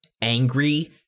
angry